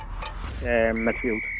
Midfield